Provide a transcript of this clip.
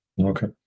okay